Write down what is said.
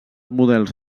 models